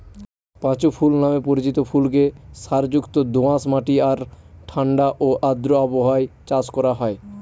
পাঁচু ফুল নামে পরিচিত ফুলকে সারযুক্ত দোআঁশ মাটি আর ঠাণ্ডা ও আর্দ্র আবহাওয়ায় চাষ করা হয়